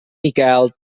miquel